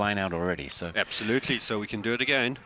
line out already absolutely so we can do it again